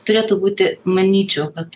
turėtų būti manyčiau kad